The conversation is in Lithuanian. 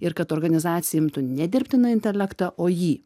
ir kad organizacija imtų ne dirbtiną intelektą o jį